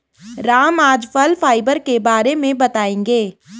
राम आज फल फाइबर के बारे में बताएँगे